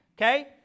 okay